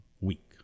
week